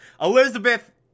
Elizabeth